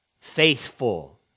faithful